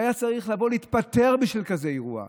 שהיה צריך להתפטר בגלל אירוע כזה.